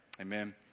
Amen